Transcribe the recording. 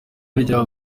bya